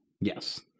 Yes